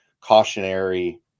cautionary